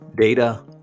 Data